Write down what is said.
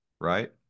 Right